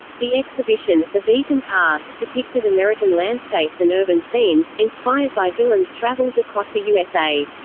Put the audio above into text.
the exhibition, the beaten path, depicted american landscapes and urban scenes, inspired by dylan's travels across the usa.